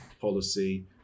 policy